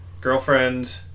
girlfriend